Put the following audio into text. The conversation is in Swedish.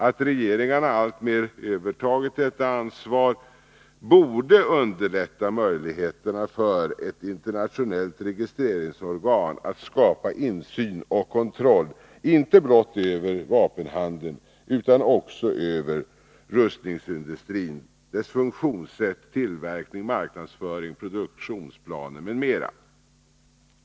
Att regeringarna alltmer övertagit detta ansvar borde underlätta möjligheterna för ett internationellt registreringsorgan att skapa insyn och kontroll, inte blott över vapenhandeln utan också över rustningsindustrin, dess funktionssätt, tillverkning, marknadsföring, produktplaner m.m.